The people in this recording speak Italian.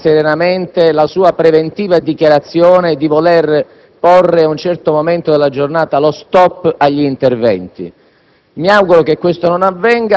per poter accettare serenamente la sua preventiva dichiarazione di voler porre ad un certo momento della giornata lo stop agli interventi.